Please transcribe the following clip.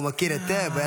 הוא מכיר היטב.